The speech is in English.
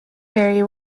berry